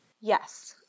Yes